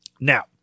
Now